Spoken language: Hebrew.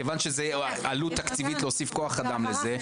מכיוון שזו עלות תקציבית להוסיף כוח אדם לזה,